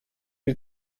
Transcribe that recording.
bir